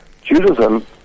Judaism